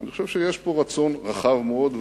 אני חושב שיש פה רצון רחב מאוד,